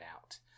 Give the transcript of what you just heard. out